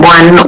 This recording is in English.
One